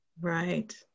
right